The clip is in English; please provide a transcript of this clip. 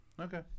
Okay